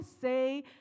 say